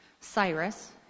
Cyrus